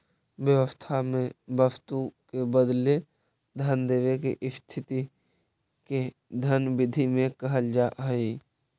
व्यवस्था में वस्तु के बदले धन देवे के स्थिति के धन विधि में कहल जा हई